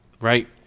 right